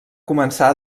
començar